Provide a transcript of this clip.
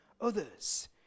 others